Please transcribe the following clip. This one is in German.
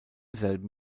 selben